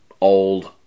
old